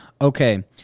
Okay